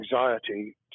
anxiety